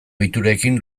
ohiturekin